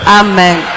amen